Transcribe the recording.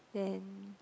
then